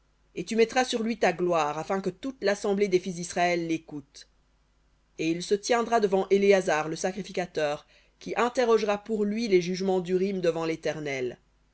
et tu mettras sur lui de ta gloire afin que toute l'assemblée des fils disraël lécoute et il se tiendra devant éléazar le sacrificateur qui interrogera pour lui les jugements d'urim devant l'éternel